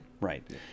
right